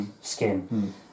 skin